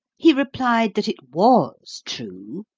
he replied that it was true.